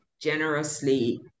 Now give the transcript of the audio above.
generously